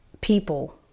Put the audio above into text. people